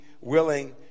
willing